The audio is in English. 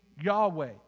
Yahweh